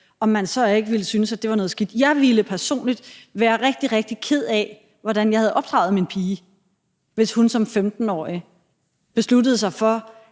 15 år, så ikke ville synes, at det var noget skidt. Jeg ville personligt være rigtig, rigtig ked af, hvordan jeg havde opdraget min pige, hvis hun som 15-årig besluttede sig for,